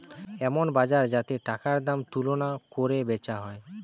এমন বাজার যাতে টাকার দাম তুলনা কোরে বেচা হয়